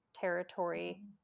territory